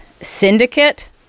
syndicate